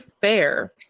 fair